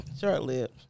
Short-lived